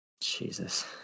jesus